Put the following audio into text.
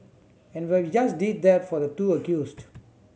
and we just did that for the two accused